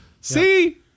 See